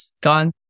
gone